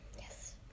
yes